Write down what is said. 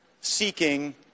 seeking